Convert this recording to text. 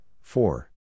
four